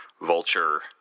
vulture